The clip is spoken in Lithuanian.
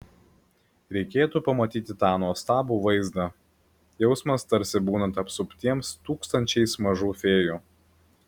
reikėtų pamatyti tą nuostabų vaizdą jausmas tarsi būnant apsuptiems tūkstančiais mažų fėjų